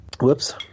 Whoops